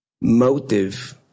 motive